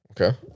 okay